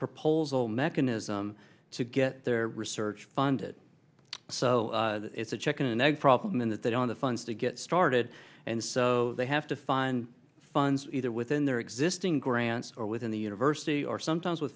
proposal mechanism to get their research funded so it's a chicken and egg problem in that they don't the funds to get started and so they have to find funds either within their existing grants or within the university or sometimes with